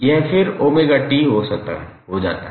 यह फिर 𝜔𝑡 हो जाता है